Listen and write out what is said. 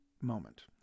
moment